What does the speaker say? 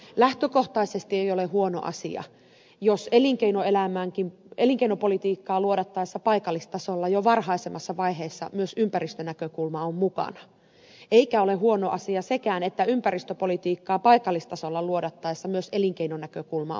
lähtökohtaisesti ei ole huono asia jos elinkeinopolitiikkaa luodattaessa paikallistasolla jo varhaisemmassa vaiheessa myös ympäristönäkökulma on mukana eikä ole huono asia sekään että ympäristöpolitiikkaa paikallistasolla luodattaessa myös elinkeinonäkökulma on mukana